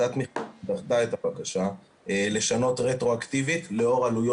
התקבלה החלטה שלא לאשר